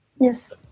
yes